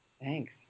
Thanks